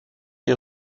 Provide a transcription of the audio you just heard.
est